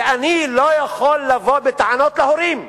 ואני לא יכול לבוא בטענות להורים,